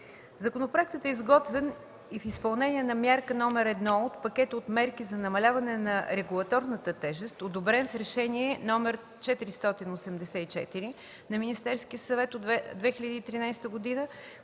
Законопроектът е изготвен и в изпълнение на Мярка № 1 от Пакета от мерки за намаляване на регулаторната тежест, одобрен с Решение № 484 на Министерския съвет от 2013 г.,